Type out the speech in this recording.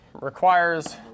requires